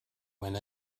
went